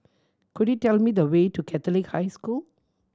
could you tell me the way to Catholic High School